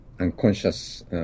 unconscious